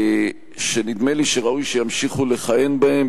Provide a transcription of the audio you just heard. ונדמה לי שראוי שימשיכו לכהן בהם.